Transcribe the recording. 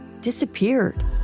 disappeared